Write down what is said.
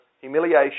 humiliation